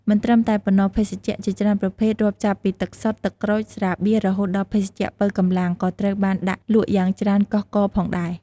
មិនត្រឹមតែប៉ុណ្ណោះ ភេសជ្ជៈ ជាច្រើនប្រភេទ រាប់ចាប់ពីទឹកសុទ្ធ ទឹកក្រូច ស្រាបៀរ រហូតដល់ភេសជ្ជៈប៉ូវកម្លាំង ក៏ត្រូវបានដាក់លក់យ៉ាងច្រើនកុះករផងដែរ។